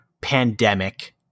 pandemic